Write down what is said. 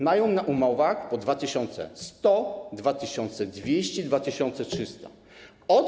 Mają na umowach po 2100 zł, 2200 zł, 2300 zł.